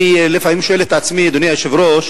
אני לפעמים שואל את עצמי, אדוני היושב-ראש,